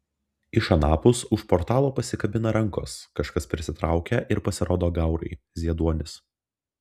iš anapus už portalo pasikabina rankos kažkas prisitraukia ir pasirodo gaurai zieduonis